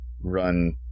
run